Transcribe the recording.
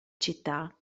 città